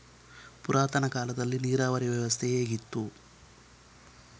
ಪುರಾತನ ಕಾಲದಲ್ಲಿ ನೀರಾವರಿ ವ್ಯವಸ್ಥೆ ಹೇಗಿತ್ತು?